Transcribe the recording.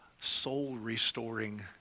soul-restoring